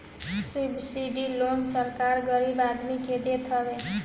subsidy loan सरकार गरीब आदमी के देत हवे